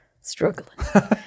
struggling